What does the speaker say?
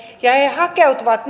ja olisivat hakeutuneet